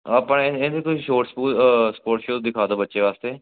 ਆਪਣੇ ਇਹਦੇ ਕੋਈ ਛੋਟ ਸ਼ੂਜ ਸਪੋਰਟਸ ਸ਼ੂਜ਼ ਦਿਖਾ ਦਿਉ ਬੱਚੇ ਵਾਸਤੇ